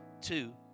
two